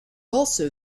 also